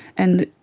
and